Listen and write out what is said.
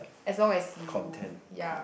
as long as you ya